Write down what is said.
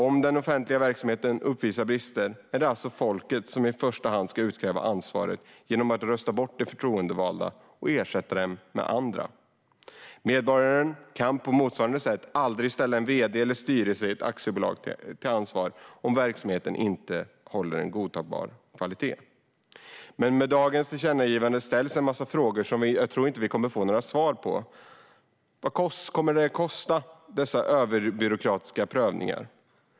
Om den offentliga verksamheten uppvisar brister är det alltså folket som i första hand kan utkräva ansvar genom att rösta bort de förtroendevalda och ersätta dem med andra. Medborgarna kan på motsvarande sätt aldrig ställa en vd eller styrelsen i aktiebolag till ansvar om verksamheten inte håller en godtagbar kvalitet. Med dagens tillkännagivande ställs en massa frågor som jag inte tror att vi kommer att få några svar på. Vad kommer dessa överbyråkratiska prövningar att kosta?